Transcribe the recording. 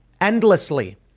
endlessly